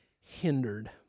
hindered